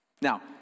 Now